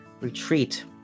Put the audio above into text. retreat